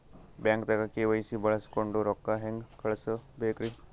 ಬ್ಯಾಂಕ್ದಾಗ ಕೆ.ವೈ.ಸಿ ಬಳಸ್ಕೊಂಡ್ ರೊಕ್ಕ ಹೆಂಗ್ ಕಳಸ್ ಬೇಕ್ರಿ?